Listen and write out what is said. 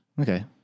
Okay